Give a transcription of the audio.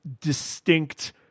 distinct